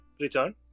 return